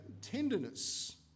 tenderness